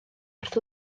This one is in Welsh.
wrth